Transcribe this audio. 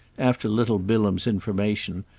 after little bilham's information,